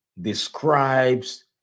describes